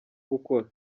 gukora